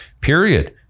period